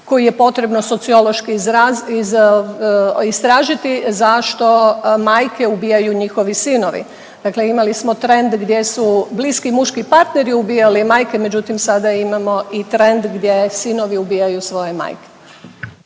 koji je potrebno sociološki istražiti zašto majke ubijaju njihovi sinovi. Dakle imali smo trend gdje su bliski muški partneri ubijali majke, međutim sada imamo i trend gdje sinovi ubijaju svoje majke.